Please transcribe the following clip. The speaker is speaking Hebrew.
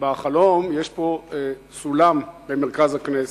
בחלום יש פה סולם במרכז הכנסת,